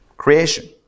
Creation